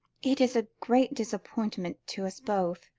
it is a great disappointment to us both,